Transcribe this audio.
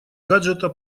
гаджета